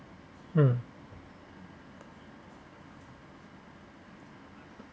uh